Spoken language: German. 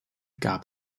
gab